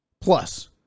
plus